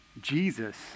Jesus